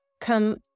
come